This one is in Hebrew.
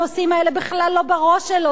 הנושאים האלה בכלל לא בראש שלו.